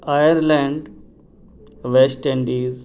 Ireland West Indies